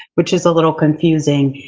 which is a little confusing.